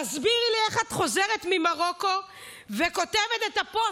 תסבירי לי איך את חוזרת ממרוקו וכותבת את הפוסט.